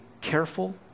careful